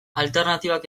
alternatibak